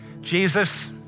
Jesus